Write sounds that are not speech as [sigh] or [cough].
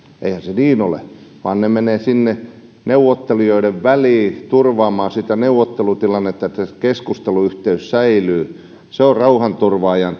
se niin ole vaan ne menevät sinne neuvottelijoiden väliin turvaamaan sitä neuvottelutilannetta että se keskusteluyhteys säilyy rauhanturvaajan [unintelligible]